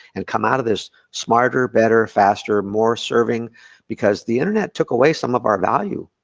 and come out of this smarter, better, faster, more serving because the internet took away some of our value.